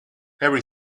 every